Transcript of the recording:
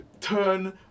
turn